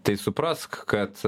tai suprask kad